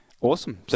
Awesome